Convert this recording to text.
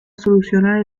solucionar